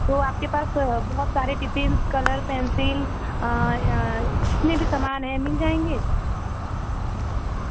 तो आपके पास बहुत सारे टिपिन्स कलर पेंसिल जितने भी सामान है मिल जाएँगे